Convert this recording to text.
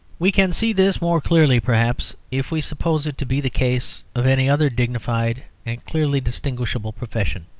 we can see this more clearly, perhaps, if we suppose it to be the case of any other dignified and clearly distinguishable profession.